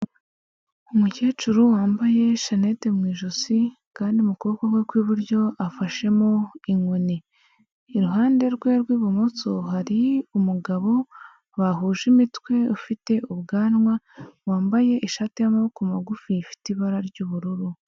Umukecuru wambaye shanete mu ijosi kandi mu kuboko kwe kw'iburyo afashemo inkoni, iruhande rwe rw'ibumoso hari umugabo bahuje imitwe ufite ubwanwa wambaye ishati y'amaboko magufi ifite ibara ry'ubururu.